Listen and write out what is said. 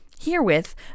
Herewith